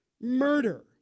Murder